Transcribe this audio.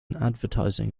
advertising